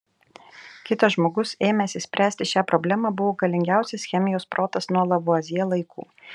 kitas žmogus ėmęsis spręsti šią problemą buvo galingiausias chemijos protas nuo lavuazjė laikų